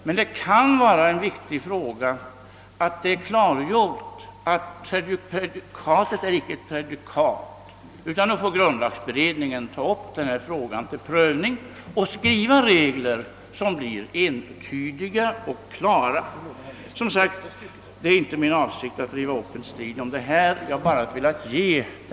Men det kan vara viktigt att klargöra att här inte föreligger något prejudikat och att grundlagberedningen därför bör pröva frågan och skriva entydiga och klara regler.